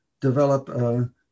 develop